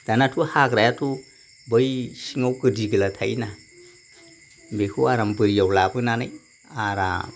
दानाथ' हाग्रायाथ' बै सिङाव गोदि गोला थायो ना बेखौ आराम बोरियाव लाबोनानै आराम